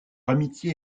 amitié